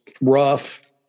rough